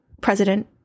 President